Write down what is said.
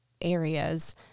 areas